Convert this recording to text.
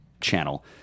channel